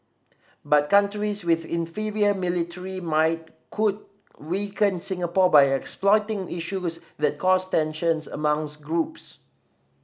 but countries with inferior military might could weaken Singapore by exploiting issues that cause tensions amongs groups